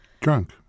Drunk